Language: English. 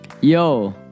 Yo